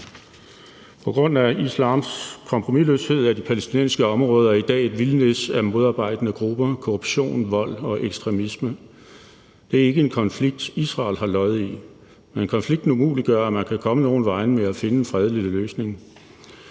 På grund af islams kompromisløshed er de palæstinensiske områder i dag et vildnis af modarbejdende grupper, korruption, vold og ekstremisme. Det er ikke en konflikt, Israel har lod i, men konflikten umuliggør, at man kan komme nogen vegne med at finde en fredelig løsning.